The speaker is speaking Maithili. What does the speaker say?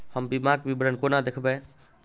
हम बीमाक विवरण कोना देखबै?